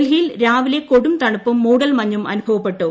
ഡൽഹിയിൽ രാവിലെ കൊടും തണുപ്പും മൂടൽമഞ്ഞും അനുഭവപ്പെട്ടു